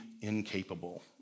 incapable